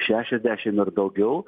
šešiasdešimt ir daugiau